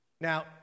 Now